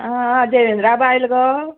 आं आं देवेंद्रा बायल गो